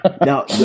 Now